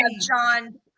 John